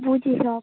বুঝি সব